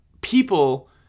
people